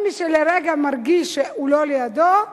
כל מי שלרגע מרגיש שהוא לא לידו,